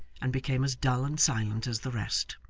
and became as dull and silent as the rest.